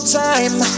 time